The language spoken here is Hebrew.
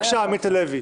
בבקשה, עמית הלוי.